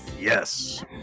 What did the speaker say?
Yes